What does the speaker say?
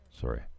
Sorry